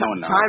Time